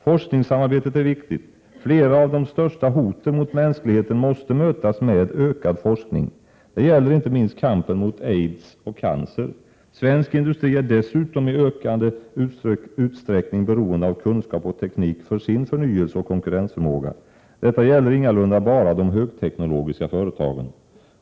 Forskningssamarbetet är viktigt. Flera av de största hoten mot mänskligheten måste mötas med ökad forskning. Det gäller inte minst kampen mot aids och cancer. Svensk industri är dessutom i ökad utsträckning beroende av kunskap och teknik för sin förnyelse och konkurrensförmåga. Detta gäller ingalunda bara de högteknologiska företagen.